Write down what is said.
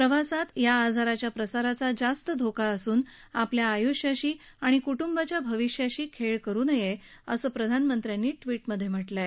प्रवासात या आजाराच्या प्रसाराचा जास्त धोका असून आपल्या आयुष्याशी आणि कुटंबाच्या भविष्याशी खेळ करु नये असं ट्वीट प्रधानमंत्र्यांनी केलं आहे